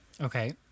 okay